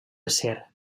acer